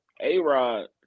A-Rod